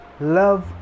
love